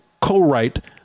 co-write